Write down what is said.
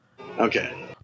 Okay